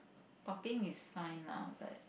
talking is fine lah but